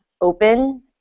open